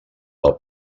del